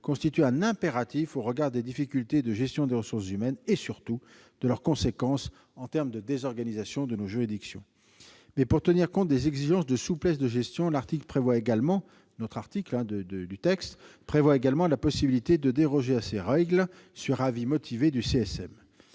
constitue un impératif au regard des difficultés de gestion des ressources humaines et, surtout, de leurs conséquences en termes de désorganisation de nos juridictions. Cependant, pour tenir compte des exigences de souplesse de gestion, l'article 1 A prévoit également la possibilité de déroger à ces règles sur avis motivé du CSM.